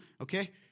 okay